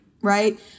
Right